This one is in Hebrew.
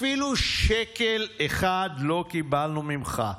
אפילו שקל אחד לא קיבלנו ממך.